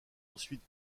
ensuite